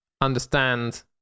understand